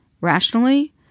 rationally